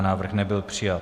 Návrh nebyl přijat.